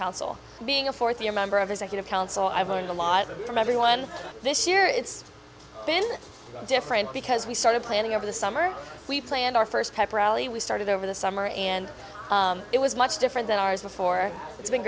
council being a fourth year member of the second account so i've learned a lot from everyone this year it's been different because we started planning over the summer we planned our first pep rally we started over the summer and it was much different than ours before it's been